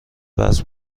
وصل